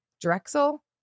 Drexel